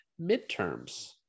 midterms